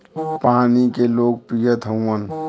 पानी के लोग पियत हउवन